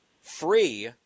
free